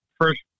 first